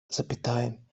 zapytałem